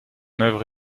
œuvre